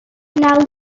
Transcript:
now